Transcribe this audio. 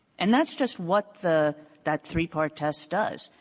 and that's just what the that three-part test does.